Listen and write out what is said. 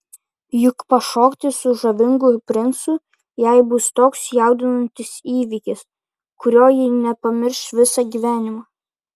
juk pašokti su žavingu princu jai bus toks jaudinantis įvykis kurio ji nepamirš visą gyvenimą